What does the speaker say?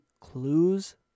clues